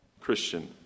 Christian